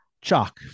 chalk